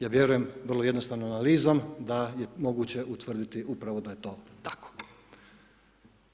Ja vjerujem vrlo jednostavnom analizom da je moguće utvrditi upravo da je to tako.